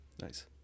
Nice